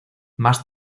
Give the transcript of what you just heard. más